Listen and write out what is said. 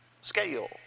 scale